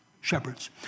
shepherds